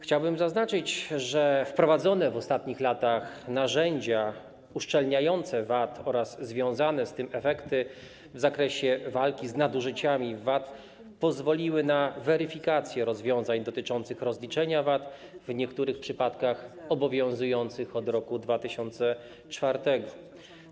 Chciałbym zaznaczyć, że wprowadzenie w ostatnich latach narzędzi uszczelniających system VAT oraz związane z tym efekty w zakresie walki z nadużyciami w systemie VAT pozwoliły na weryfikację rozwiązań dotyczących rozliczania VAT, w niektórych przypadkach obowiązujących od roku 2004.